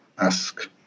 ask